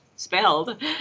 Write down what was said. Spelled